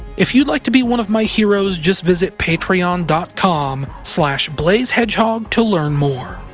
if you'd like to be one of my heroes, just visit patreon dot com slash blazehedgehog to learn more.